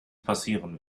passieren